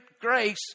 grace